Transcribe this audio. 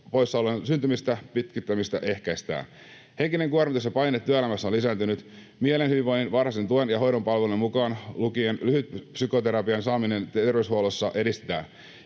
sairauspoissaolojen syntymistä, pitkittämistä ehkäistään. Henkinen kuormitus ja paine työelämässä ovat lisääntyneet. Mielen hyvinvoinnin, varhaisen tuen ja hoidon palvelujen, mukaan lukien lyhytpsykoterapian, saamista terveyshuollossa edistetään.